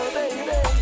baby